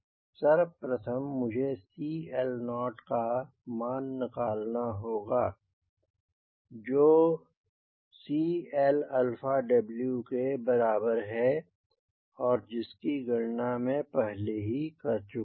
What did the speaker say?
सर्वप्रथम मुझे CL naught का मान निकलना होगा जो CLW के बराबर है जिसकी गणना मैं पहले ही कर चुका हूँ